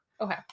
Okay